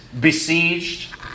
besieged